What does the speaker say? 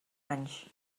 anys